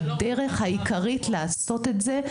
שהדרך העיקרית לעשות את זה,